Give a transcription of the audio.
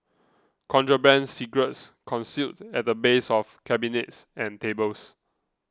contraband cigarettes concealed at the base of cabinets and tables